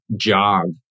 jog